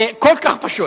זה כל כך פשוט.